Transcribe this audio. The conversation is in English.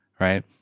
Right